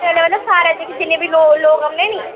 सारे जेह्के जिन्ने बी लोक औने निं